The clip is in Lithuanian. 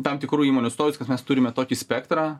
tam tikrų įmonių stovis kad mes turime tokį spektrą